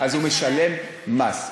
אז הוא משלם מס.